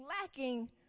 lacking